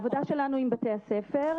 העבודה שלנו היא עם בתי הספר,